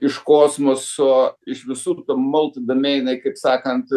iš kosmoso iš visų tų multi domeinai kaip sakant